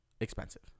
expensive